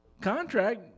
contract